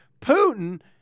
Putin